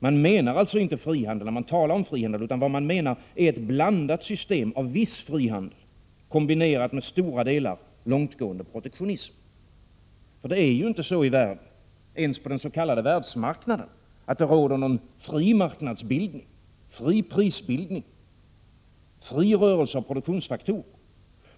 Man menar alltså inte frihandel när man talar om frihandel, utan man menar ett blandat system av viss frihandel, kombinerad med stora delar långtgående protektionism. Det är ju inte så i världen, ens på den s.k. världsmarknaden, att det råder någon fri marknadsbildning, fri prisbildning, fri rörelse av produktionsfaktorer.